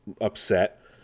upset